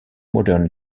modern